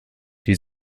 die